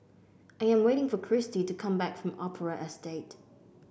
I am waiting for Kristy to come back from Opera Estate